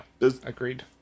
agreed